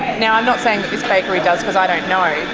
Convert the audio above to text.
now, i'm not saying that this bakery does because i don't know